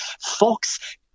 Fox